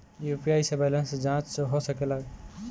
UPI से balance जाँच हो सके ला?